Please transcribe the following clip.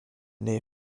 near